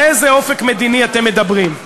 על איזה אופק מדיני אתם מדברים?